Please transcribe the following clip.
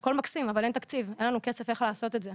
שהכול מקסים אבל אין תקציב ואין לנו כסף איך לעשות את זה.